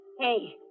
Hey